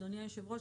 אדוני היושב-ראש,